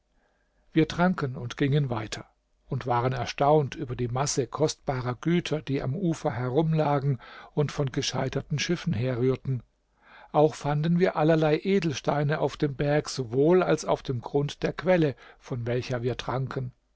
wir tranken und gingen weiter und waren erstaunt über die masse kostbarer güter die am ufer herumlagen und von gescheiterten schiffen herrührten auch fanden wir allerlei edelsteine auf dem berg sowohl als auf dem grund der quelle von welcher wir tranken